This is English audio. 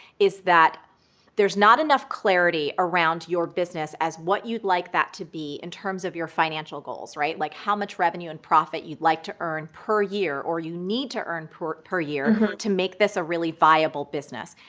is that there's not enough clarity around your business as what you'd like that to be in terms of your financial goals, right? like how much revenue and profit you'd like to earn per year or you need to earn per per year to make this a really viable business.